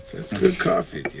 good coffee at the